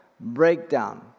breakdown